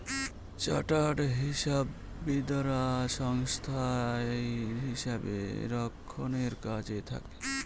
chartered হিসাববিদরা সংস্থায় হিসাব রক্ষণের কাজে থাকে